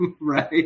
right